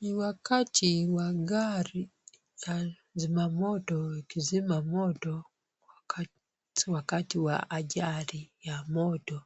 Ni wakati wa gari la zimamoto likizima moto wakati wa ajali ya moto.